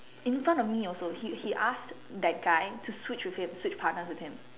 in front of me also he he asked that guy to Switch with him Switch partners with him